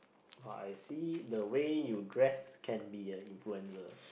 but I see the way you dressed can be a influencer